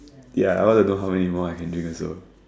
ya I wanna know how many more I can drink also